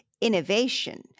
innovation